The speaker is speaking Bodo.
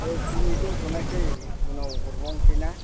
नै दिनै दोनथ'नोसै उनाव हरबावनोसै ना